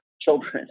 children